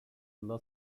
yıla